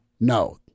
no